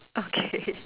okay